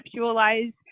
conceptualize